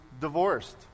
divorced